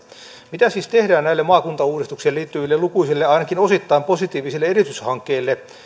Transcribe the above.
mitä siis tehdään näille maakuntauudistukseen liittyville lukuisille ja ainakin osittain positiivisille edistyshankkeille